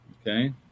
Okay